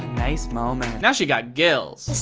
nice moment. now she got gills.